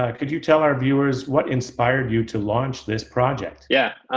ah could you tell our viewers what inspired you to launch this project? yeah.